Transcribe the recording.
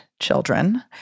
children